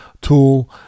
tool